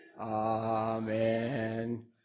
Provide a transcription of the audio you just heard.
Amen